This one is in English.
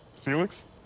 Felix